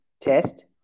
test